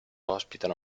ospitano